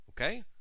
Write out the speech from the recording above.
okay